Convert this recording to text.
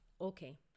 Okay